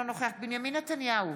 אינו נוכח בנימין נתניהו,